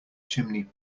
chimney